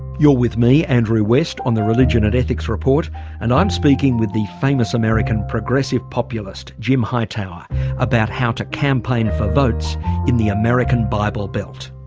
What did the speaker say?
you're with me, andrew west on the religion and ethics report and i'm speaking with the famous american progressive populist, jim hightower about how to campaign for votes in the american bible belt.